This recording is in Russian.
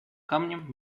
камнем